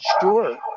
sure